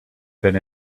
been